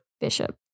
Bishop